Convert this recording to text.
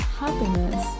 happiness